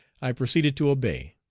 i proceeded to obey.